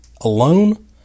alone